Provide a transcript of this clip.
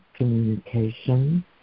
communication